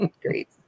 Great